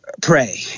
pray